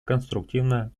конструктивно